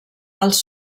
als